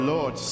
Lord